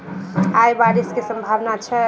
आय बारिश केँ सम्भावना छै?